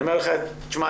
תשמע,